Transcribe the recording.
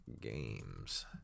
Games